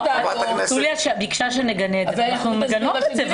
יוליה ביקשה שנגנה את זה ואנחנו מגנות את זה.